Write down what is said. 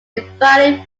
divided